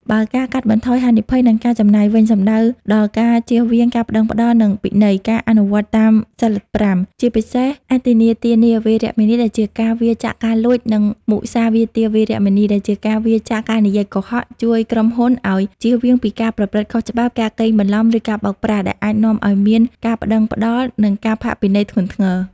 បើការកាត់បន្ថយហានិភ័យ និងការចំណាយវិញ សំដៅដល់ ការជៀសវាងការប្ដឹងផ្ដល់ និងពិន័យ: ការអនុវត្តតាមសីល៥ ជាពិសេស អទិន្នាទានា វេរមណី ដែលជាការវៀរចាកការលួច និង មុសាវាទា វេរមណី ដែលជាការវៀរចាកការនិយាយកុហក ជួយក្រុមហ៊ុនឱ្យ ជៀសវាងពីការប្រព្រឹត្តខុសច្បាប់ ការកេងបន្លំ ឬការបោកប្រាស់ ដែលអាចនាំឱ្យមាន ការប្ដឹងផ្ដល់ និងការផាកពិន័យ ធ្ងន់ធ្ងរ។